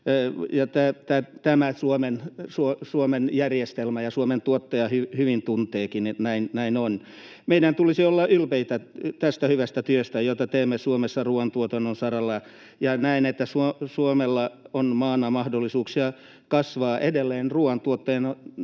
ja Suomen järjestelmä ja Suomen tuottaja hyvin tuntevatkin, että näin on. Meidän tulisi olla ylpeitä tästä hyvästä työstä, jota teemme Suomessa ruoantuotannon saralla, ja näen, että Suomella on maana mahdollisuuksia kasvaa edelleen ruoantuottajana